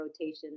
rotation